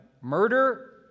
murder